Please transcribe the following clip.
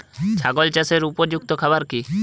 ছাগল চাষের উপযুক্ত খাবার কি কি?